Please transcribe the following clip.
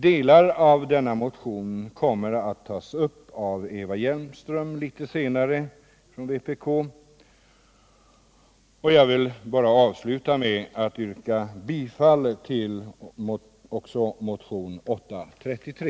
Delar av denna motion kommer att tas upp litet senare av Eva Hjelmström. Jag vill avsluta med att yrka bifall även till motionen 833.